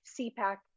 CPAC